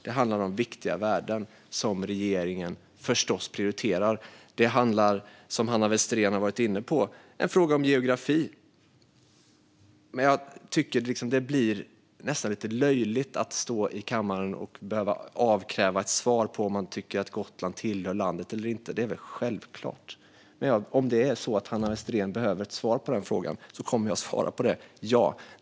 Det handlar om viktiga värden som regeringen förstås prioriterar. Det handlar också, som Hanna Westerén varit inne på, om geografi. Men jag tycker att det blir nästan lite löjligt att stå i kammaren och avkrävas svar på om jag tycker att Gotland tillhör landet eller inte. Det är väl självklart. Men om det är så att Hanna Westerén behöver ett svar på den frågan kommer jag att svara på det.